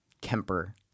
Kemper